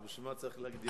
אז בשביל מה צריך להקדים את,